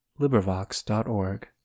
LibriVox.org